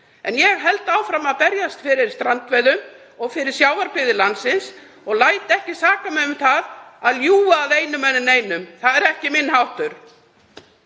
En ég held áfram að berjast fyrir strandveiðum og fyrir sjávarbyggðir landsins og læt ekki saka mig um það að vera að ljúga að einum eða neinum. Það er ekki minn háttur.